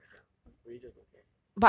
just don't care ah really just don't care